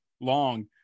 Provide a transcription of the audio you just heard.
long